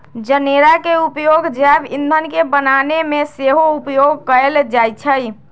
जनेरा के उपयोग जैव ईंधन के बनाबे में सेहो उपयोग कएल जाइ छइ